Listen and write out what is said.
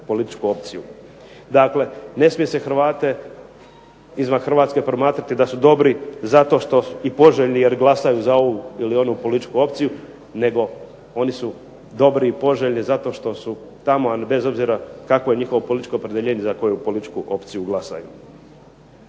političku opciju. Dakle, ne smije se Hrvate izvan Hrvatske promatrati da su dobri zato što, i poželjni jer glasaju za ovu ili onu političku opciju nego oni su dobri i poželjni zato što su tamo, a bez obzira kakvo je njihovo političko opredjeljenje i za koju političku opciju glasaju.